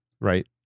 Right